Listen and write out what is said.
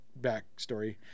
backstory